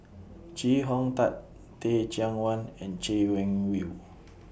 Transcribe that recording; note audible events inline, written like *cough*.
*noise* Chee Hong Tat Teh Cheang Wan and Chay Weng Yew *noise*